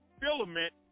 filament